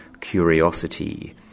curiosity